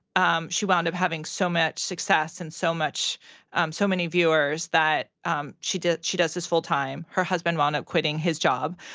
um she wound up having so much success and so um so many viewers that um she does she does this full time. her husband wound up quitting his job.